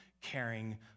caring